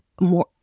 more